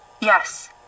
Yes